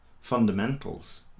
fundamentals